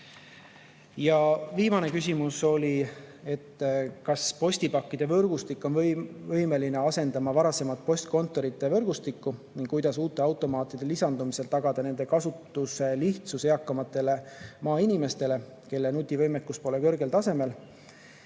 Viimane küsimus oli, kas postipakkide võrgustik on võimeline asendama varasemat postkontorite võrgustikku ning kuidas tagada uute automaatide lisandumisel nende kasutuslihtsus eakamatele maainimestele, kelle nutivõimekus pole kõrgel tasemel.